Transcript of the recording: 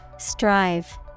Strive